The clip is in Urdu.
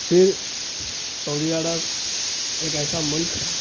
پھر سعودی عڑب ایک ایسا ملک ہے